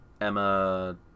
emma